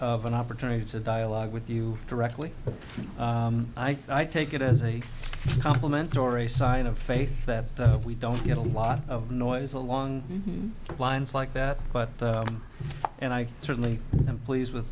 of an opportunity to dialogue with you directly i take it as a compliment or a sign of faith that we don't get a lot of noise along lines like that but and i certainly am pleased with